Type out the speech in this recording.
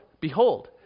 behold